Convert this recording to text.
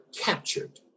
captured